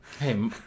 Hey